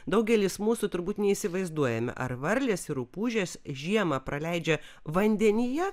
daugelis mūsų turbūt neįsivaizduojame ar varlės ir rupūžės žiemą praleidžia vandenyje